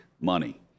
money